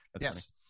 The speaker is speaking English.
Yes